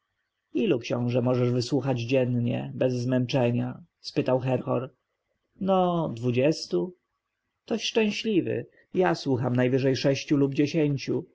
ilu książę możesz wysłuchać dziennie bez zmęczenia spytał herhor no dwudziestu toś szczęśliwy ja słucham najwyżej sześciu lub dziesięciu